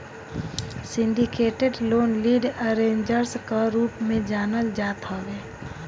syndicated loan lead arrangers कअ रूप में जानल जात हवे